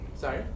Sorry